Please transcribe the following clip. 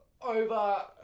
Over